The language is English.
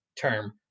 term